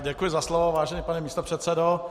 Děkuji za slovo, vážený pane místopředsedo.